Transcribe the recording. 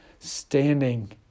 standing